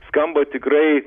skamba tikrai